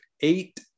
eight